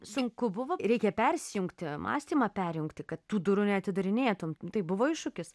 sunku buvo reikia persijungti mąstymą perjungti kad tų durų neatidarinėtum tai buvo iššūkis